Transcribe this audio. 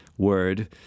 word